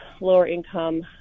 lower-income